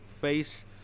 face